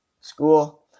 school